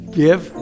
give